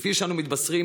כפי שאנו מתבשרים,